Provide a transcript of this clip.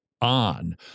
on